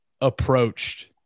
approached